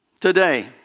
today